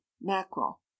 Mackerel